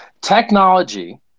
Technology